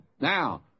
Now